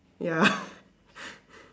ya